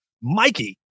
Mikey